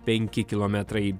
penki kilometrai